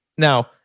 Now